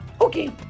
Okay